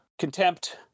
Contempt